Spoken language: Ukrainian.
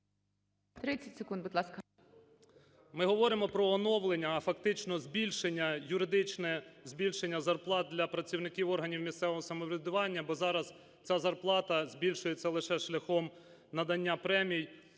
Ми говоримо про оновлення, а фактично збільшення, юридичне збільшення зарплат для працівників органів місцевого самоврядування, бо зараз ця зарплата збільшується лише шляхом надання премій,